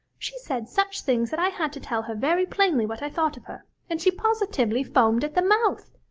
she said such things that i had to tell her very plainly what i thought of her and she positively foamed at the mouth!